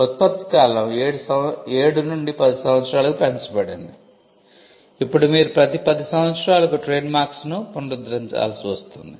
ఉత్పత్తి కాలం 7 నుండి 10 సంవత్సరాలకు పెంచబడింది ఇప్పుడు మీరు ప్రతి 10 సంవత్సరాలకు ట్రేడ్మార్క్ను పునరుద్ధరించాల్సి వచ్చింది